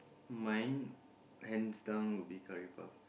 mine hands down would be curry puff